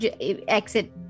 exit